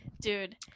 Dude